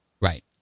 Right